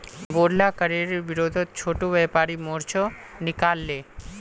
बोढ़ला करेर विरोधत छोटो व्यापारी मोर्चा निकला ले